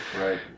Right